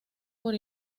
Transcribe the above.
por